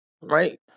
Right